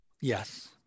Yes